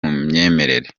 myemerere